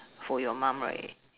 for your mum right